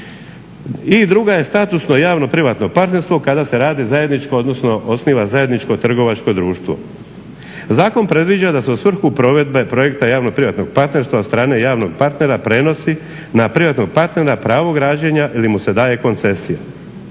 I druga je statusno javno-privatnog partnerstvo kada se radi zajedničko odnosno osniva zajedničko trgovačko društvo. Zakon predviđa da se u svrhu provedbe projekta javno-privatnog partnerstva od strane javnog partnera prenosi na privatnog partnera pravo građenja ili mu se daje koncesija.